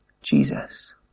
Jesus